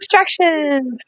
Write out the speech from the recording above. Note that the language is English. abstractions